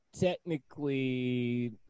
technically